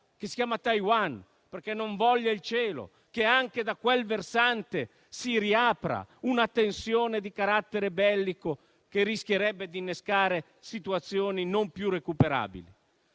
che si chiama Taiwan. Non voglia il cielo che anche da quel versante si riapra una tensione di carattere bellico che rischierebbe di innescare situazioni non più recuperabili.